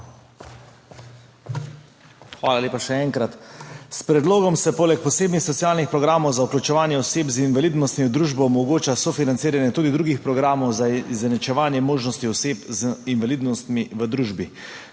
Hvala lepa, še enkrat. S predlogom se poleg posebnih socialnih programov za vključevanje oseb z invalidnostjo v družbo omogoča sofinanciranje tudi drugih programov za izenačevanje možnosti oseb z invalidnostmi v družbi.